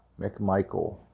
McMichael